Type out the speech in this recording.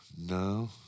No